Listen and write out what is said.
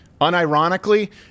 unironically